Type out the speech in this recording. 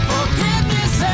Forgiveness